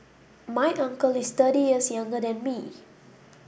my uncle is thirty years younger than me